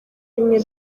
bimwe